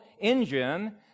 engine